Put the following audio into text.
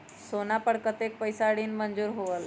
सोना पर कतेक पैसा ऋण मंजूर होलहु?